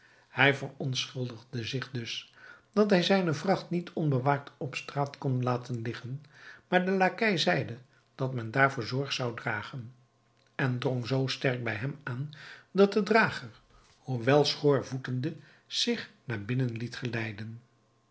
hij verontschuldigde zich dus dat hij zijne vracht niet onbewaakt op straat kon laten liggen maar de lakkei zeide dat men daarvoor zorg zou dragen en drong zoo sterk bij hem aan dat de drager hoewel schoorvoetende zich naar binnen liet geleiden